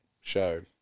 show